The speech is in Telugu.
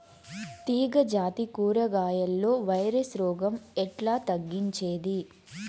తీగ జాతి కూరగాయల్లో వైరస్ రోగం ఎట్లా తగ్గించేది?